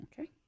Okay